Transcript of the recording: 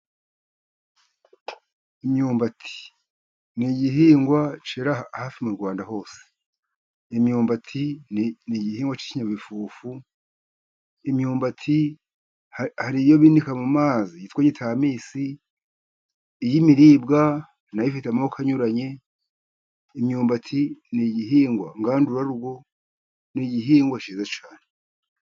Imyumbati ni igihingwa kera hafi mu Rwanda hose, imyumbati n'igihingwa cy'ikinyabifufu, imyumbati hari iyo binika mu mazi yitwa gitamisi, iy'imiribwa na yo ifite amako anyuranye, imyumbati n'igihingwa ngandurarugo n'igihingwa kiza cyane.